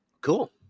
Cool